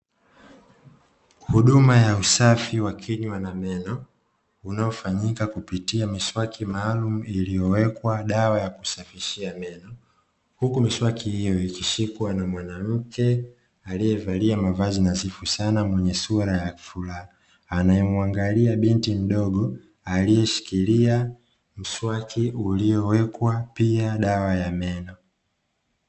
Huduma ya usafi wa kinywa na meno unaofanyika kupitia miswaki maalumu, iliyowekwa dawa ya kusafishia meno. Huku miswaki hiyo ikishikwa na mwanamke aliyevalia mavazi nadhifu sana mwenye sura ya furaha, anayemwangalia binti mdogo, aliyeshikilia mswaki uliowekwa pia dawa ya meno.